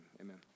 amen